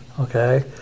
okay